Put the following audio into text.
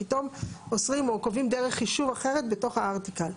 פתאום אוסרים או קובעים דרך חישוב אחרת בתוך הארטיקל.